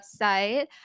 website